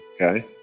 Okay